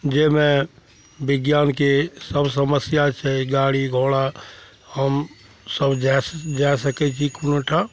जाहिमे विज्ञानके सब समस्या छै गाड़ी घोड़ा हमसभ जै जै सकै छी कोनो ठाम